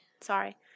Sorry